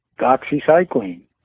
doxycycline